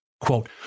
Quote